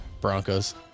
Broncos